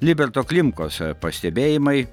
liberto klimkos pastebėjimai